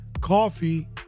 Coffee